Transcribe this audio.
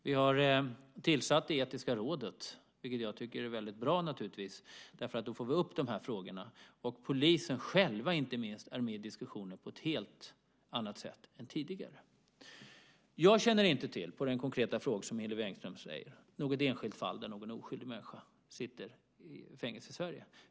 Vi har tillsatt det etiska rådet, vilket jag naturligtvis tycker är bra. Då får vi upp frågorna. Inte minst poliserna själva är med i diskussionen på ett helt annat sätt än tidigare. När det gäller Hillevi Engströms konkreta fråga känner jag inte till något enskilt fall där en oskyldig människa sitter i fängelse i Sverige.